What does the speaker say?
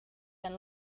and